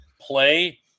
play